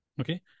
Okay